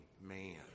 man